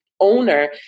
owner